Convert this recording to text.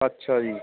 ਅੱਛਾ ਜੀ